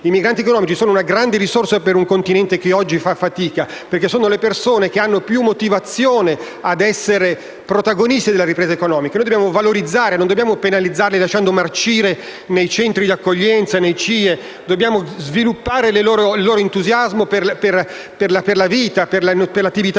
di migranti economici che sono una grande risorsa per un Continente che oggi fa fatica, perché sono le persone che hanno più motivazione a essere protagoniste della ripresa economica e noi dobbiamo valorizzarle, non dobbiamo lasciarle marcire nei centri di accoglienza, nei CIE, dobbiamo sviluppare il loro entusiasmo per la vita, per l'attività economica